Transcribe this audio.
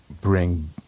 bring